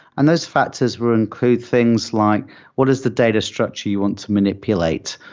and those factors will include things like what is the data structure you want to manipulate?